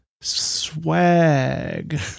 Swag